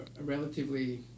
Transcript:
relatively